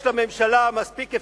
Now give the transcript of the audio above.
יש לממשלה מספיק אפשרויות,